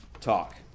talk